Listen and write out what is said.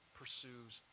pursues